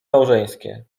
małżeńskie